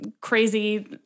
crazy